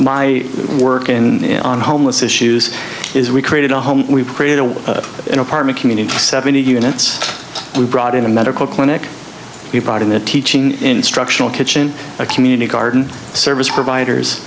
my work in on homeless issues is we created a home we've created an apartment community for seventy units we brought in a medical clinic we brought in a teaching instructional kitchen a community garden service providers